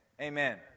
Amen